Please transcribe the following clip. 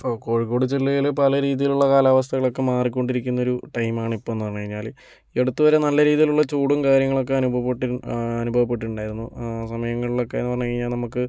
ഇപ്പോൾ കോഴിക്കോട് ജില്ലയിൽ പല രീതിയിലുള്ള കാലാവസ്ഥകളൊക്കെ മാറിക്കൊണ്ടിരിക്കുന്ന ഒരു ടൈമാണ് ഇപ്പം എന്നു പറഞ്ഞു കഴിഞ്ഞാൽ ഈ അടുത്തു വരെ നല്ല രീതിയിലുള്ള ചൂടും കാര്യങ്ങളൊക്കെ അനുഭവപ്പെട്ട് അനുഭവപ്പെട്ടിട്ടുണ്ടായിരുന്നു സമയങ്ങളിലൊക്കെയെന്നു പറഞ്ഞു കഴിഞ്ഞാൽ നമുക്ക്